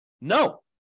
No